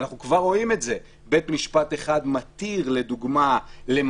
אנחנו כבר רואים את זה: בית משפט אחד מתיר לדוגמה לממש